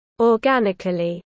Organically